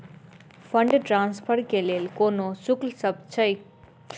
Fund transfer केँ लेल कोनो शुल्कसभ छै?